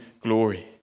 glory